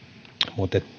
mutta